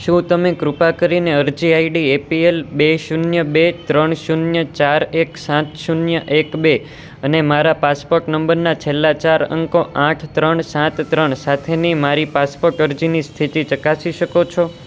શું તમે કૃપા કરીને અરજી આઈડી એપીએલ બે શૂન્ય બે ત્રણ શૂન્ય ચાર એક સાત શૂન્ય એક બે અને મારા પાસપોટ નંબરના છેલ્લા ચાર અંકો આઠ ત્રણ સાત ત્રણ સાથે મારી પાસપોટ અરજીની સ્થિતિ ચકાસી શકો છો